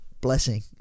blessing